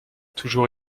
toujours